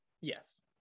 Yes